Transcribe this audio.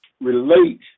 relate